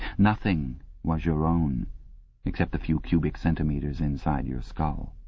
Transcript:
nothing was your own except the few cubic centimetres inside your skull.